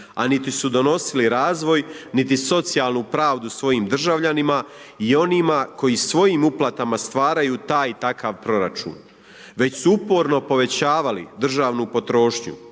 a niti su donosili razvoj niti socijalnu pravdu svojim državljanima i onima koji svojim uplatama stvaraju taj i takav proračun, već su uporno povećavali državnu potrošnju